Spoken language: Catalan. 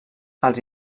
els